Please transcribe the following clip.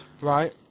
Right